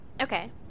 Okay